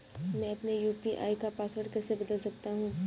मैं अपने यू.पी.आई का पासवर्ड कैसे बदल सकता हूँ?